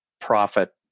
profit